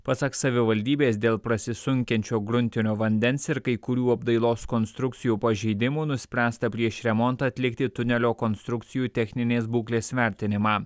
pasak savivaldybės dėl prasisunkiančio gruntinio vandens ir kai kurių apdailos konstrukcijų pažeidimų nuspręsta prieš remontą atlikti tunelio konstrukcijų techninės būklės vertinimą